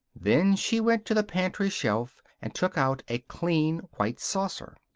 then she went to the pantry shelf and took out a clean white saucer.